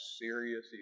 serious